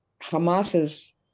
Hamas's